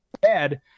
bad